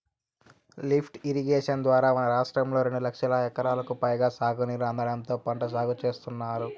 lift irrigation ద్వారా మన రాష్ట్రంలో రెండు లక్షల ఎకరాలకు పైగా సాగునీరు అందడంతో పంట సాగు చేత్తున్నారు